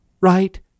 right